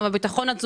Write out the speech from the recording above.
כל זה משפיע.